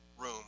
room